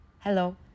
Hello